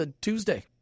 Tuesday